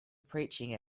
preaching